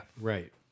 Right